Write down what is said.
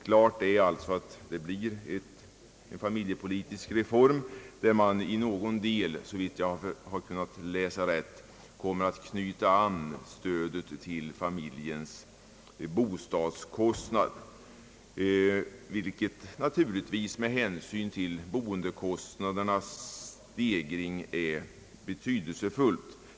Klart är alltså att det blir en familjepolitisk reform, i vilken man i någon del, såvitt jag har läst rätt, kommer att anknyta stödet till familjens bostadskostnader, vilket naturligtvis är betydelsefullt med hänsyn till boendekostnadernas stegring.